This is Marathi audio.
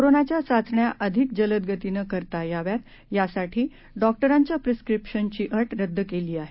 कोरोनाच्या चाचण्या अधिक जलदगतीनं करता याव्यात यासाठी डॉक्टरांच्या प्रिस्क्रिपशनची अट रद्द केली आहे